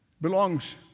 belongs